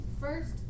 first